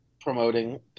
promoting